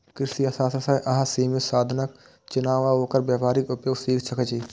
कृषि अर्थशास्त्र सं अहां सीमित साधनक चुनाव आ ओकर व्यावहारिक उपयोग सीख सकै छी